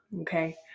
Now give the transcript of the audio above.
okay